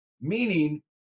meaning